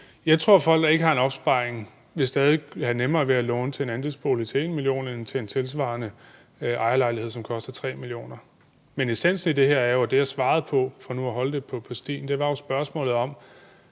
Jeg tror, at folk, der ikke har en opsparing, stadig vil have nemmere ved at låne til en andelsbolig til 1 mio. kr. end til en tilsvarende ejerlejlighed, som koster 3 mio. kr. Men essensen i det her og det, jeg svarede på, for nu at holde det på stien, er jo spørgsmålet om,